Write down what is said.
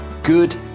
good